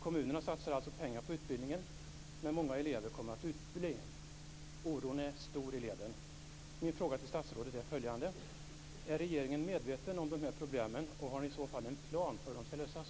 Kommunerna satsar alltså pengar på utbildningen, men många elever kommer att utebli. Oron är stor i leden. Min fråga till statsrådet är följande: Är regeringen medveten om de här problemen, och har ni i så fall en plan för hur de skall lösas?